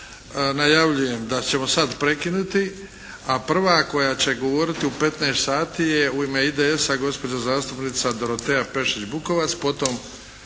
najavljujem da ćemo sad prekinuti. A prva koja će govoriti u 15 sati je u ime IDS-a gospođa zastupnica Dorotea Pešić-Bukovac. Potom